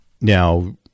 Now